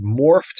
morphed